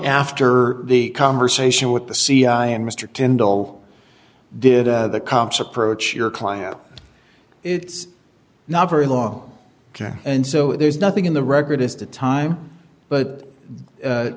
after the conversation with the cia and mr kendall did the cops approach your client it's not very long and so there's nothing in the record as to time but